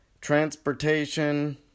transportation